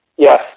Yes